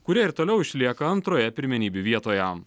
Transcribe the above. kurie ir toliau išlieka antroje pirmenybių vietoje